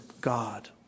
God